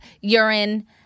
urine